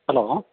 hello